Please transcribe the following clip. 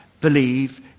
believe